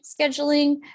scheduling